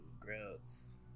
gross